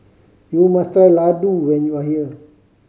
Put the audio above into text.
you must try Ladoo when you are here